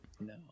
No